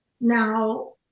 Now